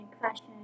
fashion